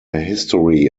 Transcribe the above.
history